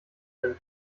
bin